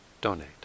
donate